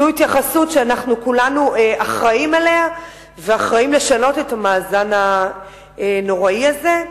זו התייחסות שאנחנו כולנו אחראים לה ואחראים לשנות את המאזן הנוראי הזה.